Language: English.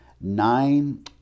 nine